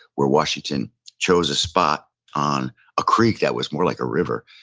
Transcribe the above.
where washington chose a spot on a creek that was more like a river,